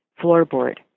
floorboard